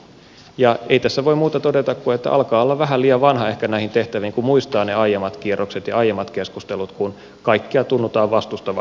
ei tässä voi muuta todeta kuin että alkaa ehkä olla vähän liian vanha näihin tehtäviin kun muistaa ne aiemmat kierrokset ja aiemmat keskustelut kun kaikkia tunnutaan vastustavan